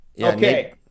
Okay